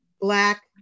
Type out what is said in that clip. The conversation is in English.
Black